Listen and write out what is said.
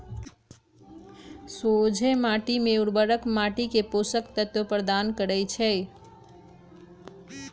सोझें माटी में उर्वरक माटी के पोषक तत्व प्रदान करै छइ